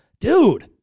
Dude